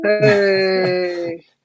Hey